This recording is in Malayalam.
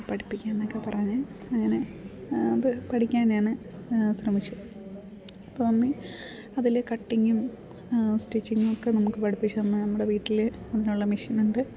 പഠിപ്പിക്കാം എന്നൊക്കെ പറഞ് അങ്ങനെ അത് പഠിക്കാൻ ഞാൻ ശ്രമിച്ചു അപ്പം മമ്മി അതിൽ കട്ടിങ്ങും സ്റ്റിച്ചിങ്ങും ഒക്കെ നമുക്ക് പഠിപ്പിച്ചുതന്ന് നമ്മുടെ വീട്ടിൽ അതിനുള്ള മെഷീന് ഉണ്ട്